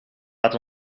laten